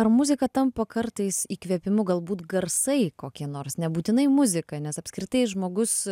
ar muzika tampa kartais įkvėpimu galbūt garsai kokie nors nebūtinai muzika nes apskritai žmogus